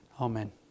Amen